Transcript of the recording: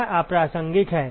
यह अप्रासंगिक है